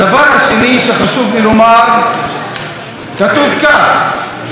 הדבר השני שחשוב לי לומר, כתוב כך: